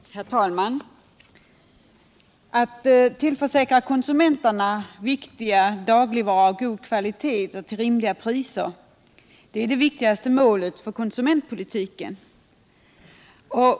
Herr talman! Att tillförsäkra konsumenterna viktiga dagligvaror av god kvalitet och till rimliga priser är det viktigaste målet för konsumentpolitiken.